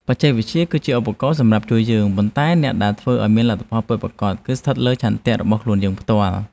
បច្ចេកវិទ្យា គឺជាឧបករណ៍សម្រាប់ជួយយើងប៉ុន្តែអ្នកដែលធ្វើឱ្យមានលទ្ធផលពិតប្រាកដ គឺស្ថិតលើឆន្ទៈរបស់ខ្លួនយើងផ្ទាល់។